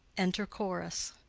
enter chorus.